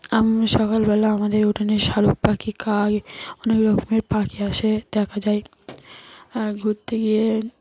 আমি সকালবেলা আমাদের উঠানে শালিক পাখি কাক অনেক রকমের পাখি আসে দেখা যায় ঘুরতে গিয়ে